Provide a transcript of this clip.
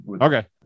Okay